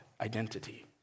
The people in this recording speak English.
identity